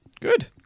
good